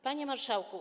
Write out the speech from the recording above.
Panie Marszałku!